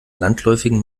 landläufigen